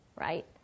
right